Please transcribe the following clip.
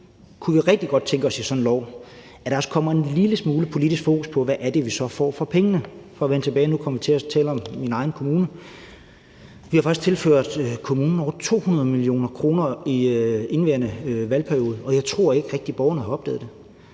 kunne vi rigtig godt tænke os, at der i sådan en lov også kommer en lille smule politisk fokus på, hvad det så er, vi får for pengene – for at vende tilbage. Nu kom vi til at tale om min egen kommune. Vi har faktisk tilført kommunen over 200 mio. kr. i indeværende valgperiode, og jeg tror ikke rigtig, borgerne har opdaget det.